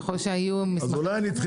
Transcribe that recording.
ככל שיהיו מסמכים --- אז אולי נדחה